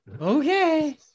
Okay